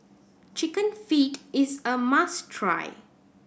Chicken Feet is a must try